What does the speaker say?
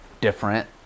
different